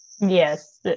Yes